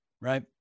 right